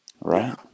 right